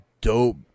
dope